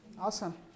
awesome